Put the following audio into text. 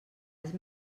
els